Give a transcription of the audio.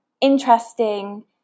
interesting